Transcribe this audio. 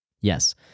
Yes